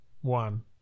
one